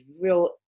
real